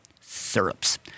Syrups